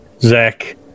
Zach